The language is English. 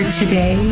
today